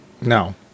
No